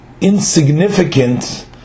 insignificant